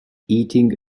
eating